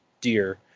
deer